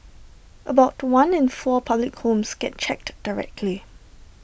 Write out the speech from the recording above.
about one in four public homes gets checked directly